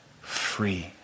free